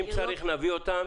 אם צריך נביא אותם.